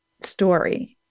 story